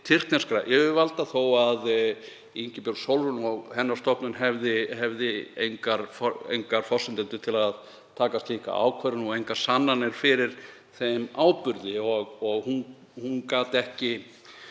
tyrkneskra yfirvalda þó að Ingibjörg Sólrún og hennar stofnun hefðu engar forsendur til að taka slíka ákvörðun og engar sannanir fyrir þeim áburði. Hún gat ekki